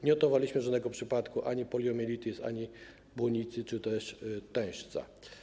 Nie odnotowaliśmy żadnego przypadku ani poliomyelitis, ani błonicy czy też tężca.